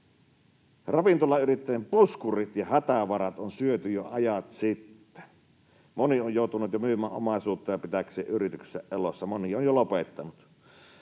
Ravintolayrittäjien puskurit ja hätävarat on syöty jo ajat sitten. Moni on joutunut jo myymään omaisuuttaan pitääkseen yrityksensä elossa, moni on jo lopettanut.